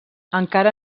encara